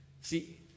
See